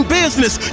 business